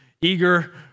eager